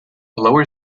lower